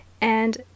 And—